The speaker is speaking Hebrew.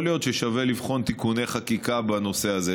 יכול להיות ששווה לבדוק תיקוני חקיקה בנושא הזה.